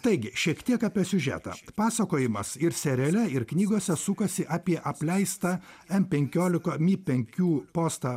taigi šiek tiek apie siužetą pasakojimas ir seriale ir knygose sukasi apie apleistą m penkiolika mi penkių postą